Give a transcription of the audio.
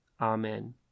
Amen